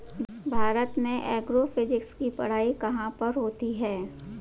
भारत में एग्रोफिजिक्स की पढ़ाई कहाँ पर होती है?